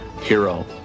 hero